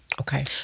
Okay